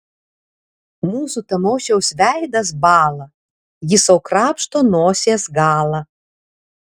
mūsų tamošiaus veidas bąla jis sau krapšto nosies galą